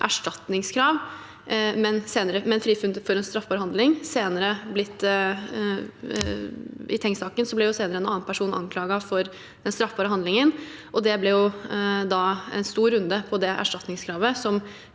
men frifunnet for en straffbar handling. I Tengs-saken ble en annen person senere anklaget for den straffbare handlingen, og det ble da en stor runde på det erstatningskravet,